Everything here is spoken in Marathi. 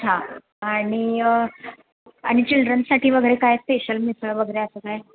हां आणि आणि चिल्ड्रन्ससाठी वगैरे काय स्पेशल मिसळ वगैरे असं काय